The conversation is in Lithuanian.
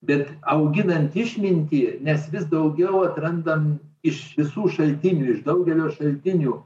bet auginant išmintį nes vis daugiau atrandam iš visų šaltinių iš daugelio šaltinių